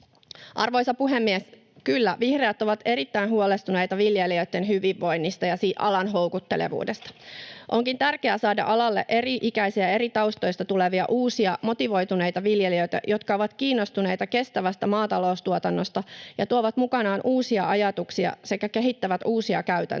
Arvoisa puhemies! Kyllä, vihreät ovat erittäin huolestuneita viljelijöitten hyvinvoinnista ja alan houkuttelevuudesta. Onkin tärkeää saada alalle eri-ikäisiä, eri taustoista tulevia uusia motivoituneita viljelijöitä, jotka ovat kiinnostuneita kestävästä maataloustuotannosta ja tuovat mukanaan uusia ajatuksia sekä kehittävät uusia käytäntöjä.